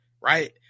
Right